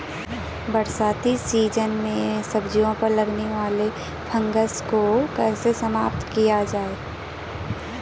बरसाती सीजन में सब्जियों पर लगने वाले फंगस को कैसे समाप्त किया जाए?